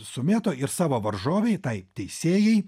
sumėto ir savo varžovei tai teisėjai